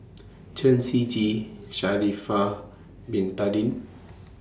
Chen Shiji Sha'Ari Far Bin Tadin